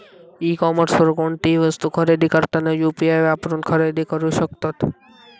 E कॉमर्सवर कोणतीही वस्तू खरेदी करताना यू.पी.आई वापरून खरेदी करू शकतत